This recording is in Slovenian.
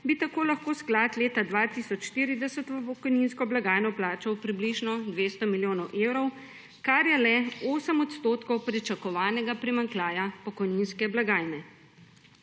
bi tako lahko sklad leta 2040, v pokojninsko blagajno vplačal približno 200 milijonov evrov, kar je le 8 % pričakovanega primanjkljaja pokojninske blagajne.